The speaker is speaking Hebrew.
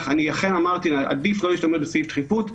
אני אכן אמרתי שעדיף לא להשתמש בסעיף דחיפות.